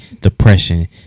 depression